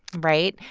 right?